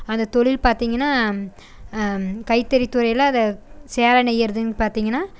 அந்த தொழில் பார்த்தீங்கன்னா கைத்தறி தொழிலாக அதை சேலை நெய்கிறதுங் பார்த்தீங்கன்னா